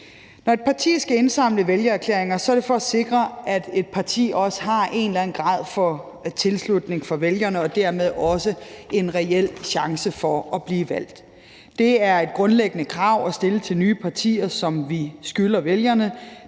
Når et parti skal indsamle vælgererklæringer, er det for at sikre, at et parti også har en eller anden grad af tilslutning fra vælgerne og dermed også en reel chance for at blive valgt. Det er et grundlæggende krav at stille til nye partier, som vi skylder vælgerne.